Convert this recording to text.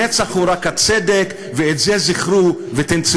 הנצח הוא רק הצדק, ואת זה זכרו ותנצרו.